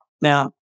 Now